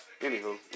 anywho